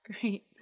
Great